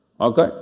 Okay